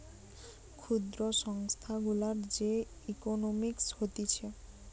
ক্ষুদ্র সংস্থা গুলার যে ইকোনোমিক্স হতিছে